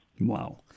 Wow